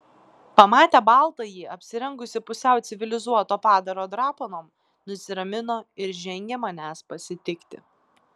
pamatę baltąjį apsirengusį pusiau civilizuoto padaro drapanom nusiramino ir žengė manęs pasitikti